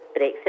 Brexit